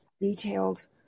detailed